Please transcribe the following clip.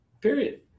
period